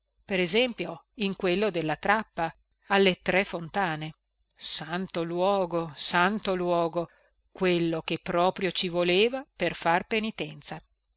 per esempio in quello della trappa alle tre fontane santo luogo santo luogo quello che proprio ci voleva per far penitenza